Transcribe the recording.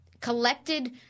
collected